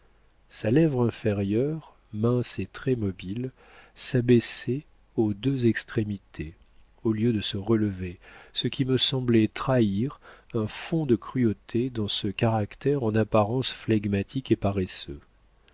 sa lèvre inférieure mince et très mobile s'abaissait aux deux extrémités au lieu de se relever ce qui me semblait trahir un fonds de cruauté dans ce caractère en apparence flegmatique et paresseux